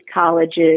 colleges